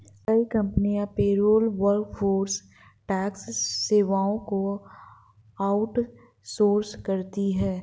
कई कंपनियां पेरोल या वर्कफोर्स टैक्स सेवाओं को आउट सोर्स करती है